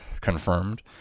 confirmed